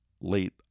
late